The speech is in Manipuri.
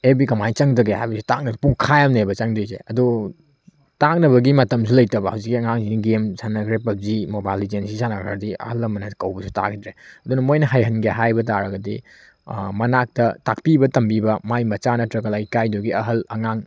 ꯑꯦꯐ ꯕꯤ ꯀꯃꯥꯏꯅ ꯆꯪꯒꯗꯒꯦ ꯍꯥꯏꯕꯁꯤ ꯇꯥꯛꯅꯕ ꯄꯨꯡꯈꯥꯏ ꯑꯃꯅꯦꯕ ꯆꯪꯗꯣꯏꯁꯦ ꯑꯗꯣ ꯇꯥꯛꯅꯕꯒꯤ ꯃꯇꯝꯁꯨ ꯂꯩꯇꯕ ꯍꯧꯖꯤꯛ ꯑꯉꯥꯡꯁꯤꯡꯁꯦ ꯒꯦꯝ ꯁꯅꯈ꯭ꯔꯦ ꯄꯕꯖꯤ ꯃꯣꯕꯥꯏꯜ ꯂꯤꯖꯦꯟꯁꯤ ꯁꯥꯅꯈ꯭ꯔꯗꯤ ꯑꯍꯜ ꯂꯃꯟꯅ ꯀꯧꯕꯁꯤ ꯇꯥꯗ꯭ꯔꯦ ꯑꯗꯨꯅ ꯃꯣꯏꯅ ꯍꯩꯍꯟꯒꯦ ꯍꯥꯏꯕ ꯇꯥꯔꯒꯗꯤ ꯃꯅꯥꯛꯇ ꯇꯥꯛꯄꯤꯕ ꯇꯝꯕꯤꯕ ꯃꯥꯏ ꯃꯆꯥ ꯅꯠꯇ꯭ꯔꯒ ꯂꯩꯀꯥꯏꯗꯨꯒꯤ ꯑꯍꯜ ꯑꯉꯥꯡ